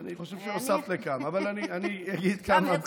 אני חושב שהוספת לכמה, אבל אין לי, רק התחלתי.